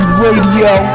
radio